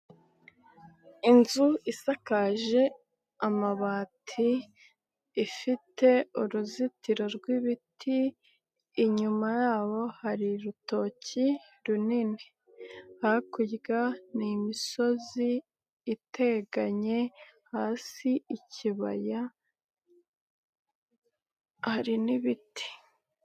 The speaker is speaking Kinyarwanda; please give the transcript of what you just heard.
Inzu isakaje amabati ifite uruzitiro rw'ibiti, inyuma yabo hari urutoki runini. Hakurya ni imisozi iteganye hasi ikibaya hari n'ibiti.